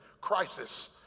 crisis